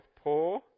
poor